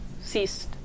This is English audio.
ceased